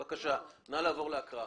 בבקשה, נא לעבור להקראה.